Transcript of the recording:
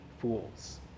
fools